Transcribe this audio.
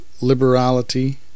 liberality